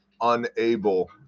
unable